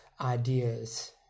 ideas